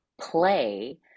play